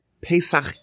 Pesach